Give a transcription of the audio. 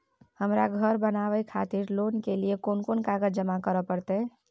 हमरा धर बनावे खातिर लोन के लिए कोन कौन कागज जमा करे परतै?